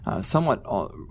somewhat